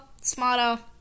smarter